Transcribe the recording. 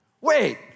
Wait